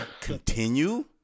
continue